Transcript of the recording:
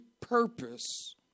purpose